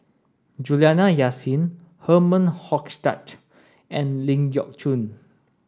Juliana Yasin Herman Hochstadt and Ling Geok Choon